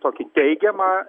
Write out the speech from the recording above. tokį teigiamą